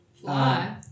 Fly